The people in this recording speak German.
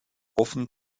offen